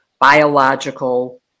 biological